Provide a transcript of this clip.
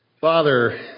Father